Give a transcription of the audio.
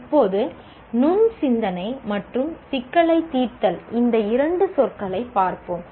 இப்போது நுண் சிந்தனை மற்றும் சிக்கல் தீர்த்தல் இந்த இரண்டு சொற்களைப் பார்ப்போம்